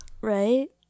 Right